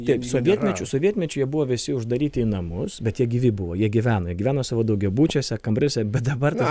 taip sovietmečiu sovietmečiu jie buvo visi uždaryti į namus bet jie gyvi buvo jie gyveno gyveno savo daugiabučiuose kambariuose bet dabar tai